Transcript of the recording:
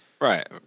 Right